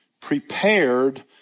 prepared